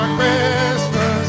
Christmas